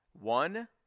One